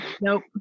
nope